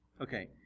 Okay